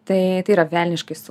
tai tai yra velniškai su